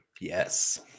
Yes